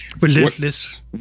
Relentless